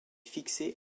fixé